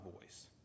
voice